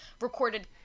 recorded